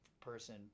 person